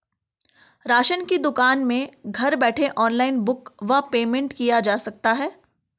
Ration की दुकान में घर बैठे ऑनलाइन बुक व पेमेंट किया जा सकता है?